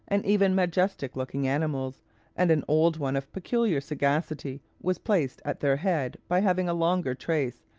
and even majestic-looking animals and an old one of peculiar sagacity was placed at their head by having a longer trace,